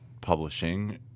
publishing